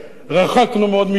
רחקנו מאוד משם.